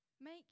make